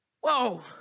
Whoa